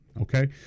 okay